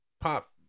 Pop